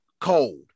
cold